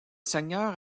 seigneur